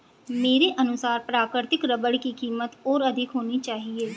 मेरे अनुसार प्राकृतिक रबर की कीमत और अधिक होनी चाहिए